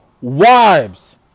wives